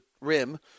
rim